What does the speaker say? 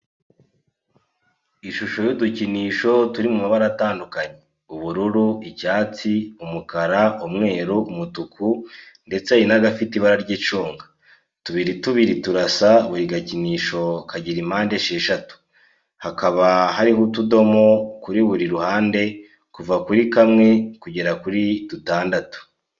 Ishusho y'udukinisho turi mu mabara atandukanye ubururu, icyatsi, umukara, umweru, umutuku ndetse hari n'agafite ibara ry'icunga, tubiri tubiri turasa, buri gakinisho kagira impande esheshatu, hakaba hariho utudomo kuri biri ruhande kuva kuri kamwe kugera kuri dutandatu.